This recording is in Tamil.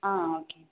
ஆ ஓகே